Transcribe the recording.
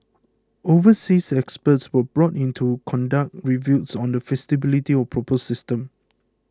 overseas experts were brought in to conduct reviews on the feasibility of the proposed system